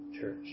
church